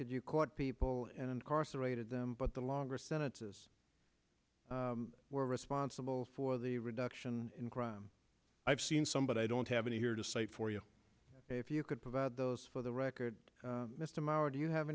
that you caught people and incarcerated them but the longer sentences were responsible for the reduction in crime i've seen some but i don't have any here to cite for you if you could provide those for the record mr mauer do you have